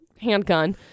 handgun